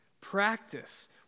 practice